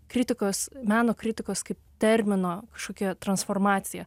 kritikos meno kritikos kaip termino šokėjo transformacija